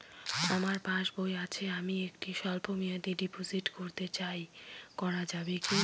আমার পাসবই আছে আমি একটি স্বল্পমেয়াদি ডিপোজিট করতে চাই করা যাবে কি?